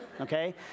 okay